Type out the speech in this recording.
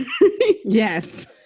yes